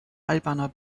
albaner